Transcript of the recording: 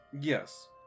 yes